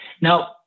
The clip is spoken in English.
Now